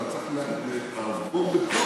אתה צריך לעבור בכוח,